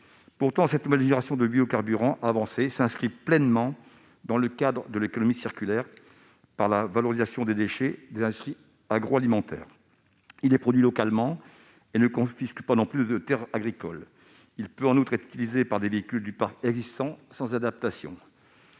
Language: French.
Pourtant, cette nouvelle génération de biocarburants avancés s'inscrit pleinement dans le cadre de l'économie circulaire, par la valorisation des déchets des industries agroalimentaires. Celui dont je parle est produit localement et ne confisque pas non plus de terres agricoles. En outre, il peut être utilisé par les véhicules du parc existant sans adaptation.